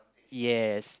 yes